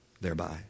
thereby